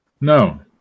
No